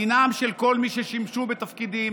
דינם של כל מי ששימשו בתפקידים,